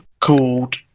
called